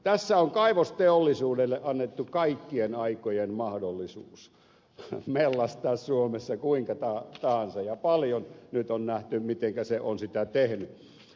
tässä on kaivosteollisuudelle annettu kaikkien aikojen mahdollisuus mellastaa suomessa kuinka tahansa ja paljon nyt on nähty mitenkä se on sitä tehnyt